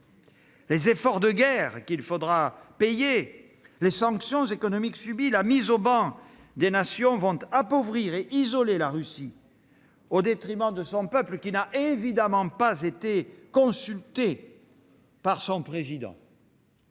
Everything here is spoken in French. Les efforts de guerre qu'il faudra payer, les sanctions économiques subies, la mise au ban des nations vont appauvrir et isoler la Russie au détriment de son peuple qui n'a évidemment pas été consulté par son président.